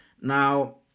now